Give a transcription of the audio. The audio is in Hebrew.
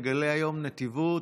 נגלה היום נדיבות.